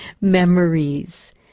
memories